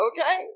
Okay